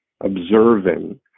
observing